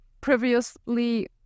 previously